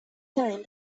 time